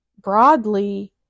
broadly